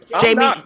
Jamie